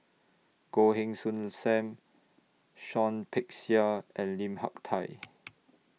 Goh Heng Soon SAM Shawn Peck Seah and Lim Hak Tai